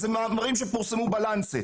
נאמר פה על ידי